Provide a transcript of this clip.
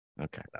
Okay